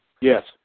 Yes